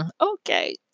Okay